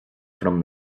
from